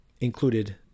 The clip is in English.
included